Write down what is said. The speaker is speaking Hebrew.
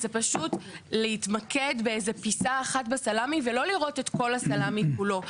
זה פשוט להתמקד באיזו פיסה אחת בסלמי ולא לראות את כל הסלמי כולו.